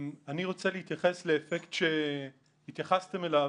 אני מוכן להתערב שהיא לא ראתה את הסרטים האלה.